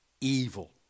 evil